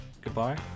goodbye